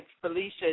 Felicia